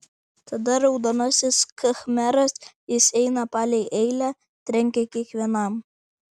tada raudonasis khmeras jis eina palei eilę trenkia kiekvienam